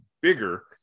bigger